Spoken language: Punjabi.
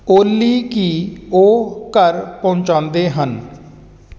ਓਲੀ ਕੀ ਉਹ ਘਰ ਪਹੁੰਚਾਉਂਦੇ ਹਨ